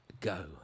go